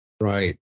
Right